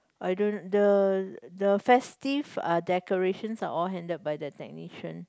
I don't know the the festive uh decorations are all handled by the technician